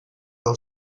del